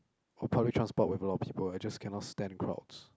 or public transport with a lot of people I just cannot stand crowds